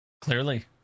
clearly